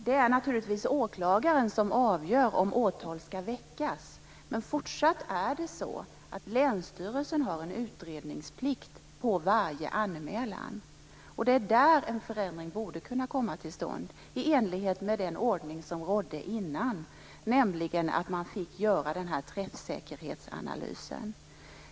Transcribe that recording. Det är naturligtvis åklagaren som avgör om åtal ska väckas. Men fortsatt är det så att länsstyrelsen har en utredningsplikt av varje anmälan. Det är där en förändring borde kunna komma till stånd i enlighet med den ordning som rådde tidigare, nämligen att man fick göra den här träffsäkerhetsanalysen.